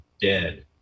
dead